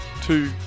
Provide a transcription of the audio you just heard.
two